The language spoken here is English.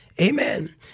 Amen